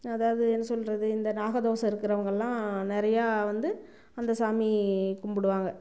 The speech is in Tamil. அதாவது என்ன சொல்வது இந்த நாக தோஷம் இருக்கிறவங்கல்லாம் நிறையா வந்து அந்த சாமி கும்பிடுவாங்க